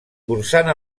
cursant